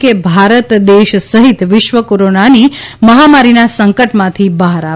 કે ભારત દેશ સહિત વિશ્વ કોરોનાથી મહામારીના સંકટમાંથી બહાર આવે